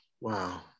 Wow